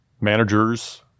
managers